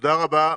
תודה רבה.